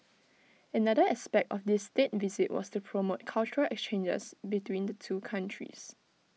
another aspect of this State Visit was to promote cultural exchanges between the two countries